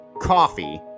coffee